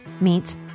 meets